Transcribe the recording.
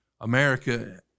America